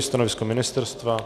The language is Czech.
Stanovisko ministerstva?